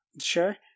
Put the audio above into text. sure